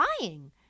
lying